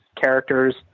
characters